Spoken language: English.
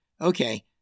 Okay